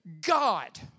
God